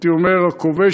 הייתי אומר הכובשת-לבבות